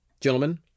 gentlemen